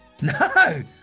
No